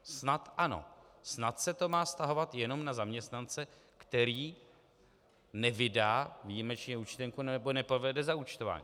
Snad ano, snad se to má vztahovat jenom na zaměstnance, který nevydá výjimečně účtenku nebo neprovede zaúčtování.